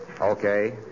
Okay